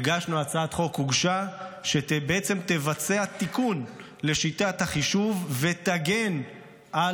הוגשה הצעת חוק שבעצם תבצע תיקון לשיטת החישוב ותגן על